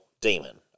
Demon